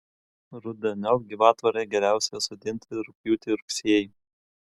rudeniop gyvatvorę geriausia sodinti rugpjūtį ir rugsėjį